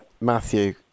Matthew